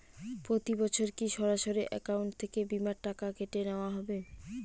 প্রতি বছর কি সরাসরি অ্যাকাউন্ট থেকে বীমার টাকা কেটে নেওয়া হবে?